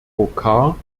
rocard